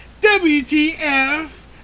WTF